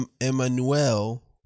Emmanuel